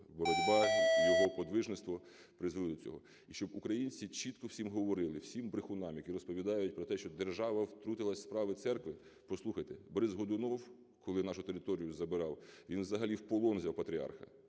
боротьба, його подвижництво призвели до цього. І щоб українці чітко всім говорили, всім брехунам, які розповідають про те, що держава втрутилась в справи церкви. Послухайте, Борис Годунов, коли нашу територію забирав, він взагалі в полон взяв патріарха